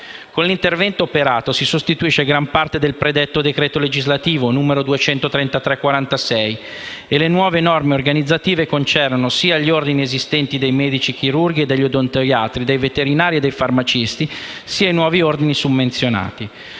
Con l'intervento operato si sostituisce gran parte del predetto decreto legislativo n. 233 del 1946, e le nuove norme organizzative concernono sia gli ordini esistenti dei medici chirurghi e degli odontoiatri, dei veterinari e dei farmacisti sia i nuovi ordini summenzionati.